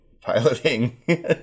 piloting